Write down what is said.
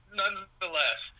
nonetheless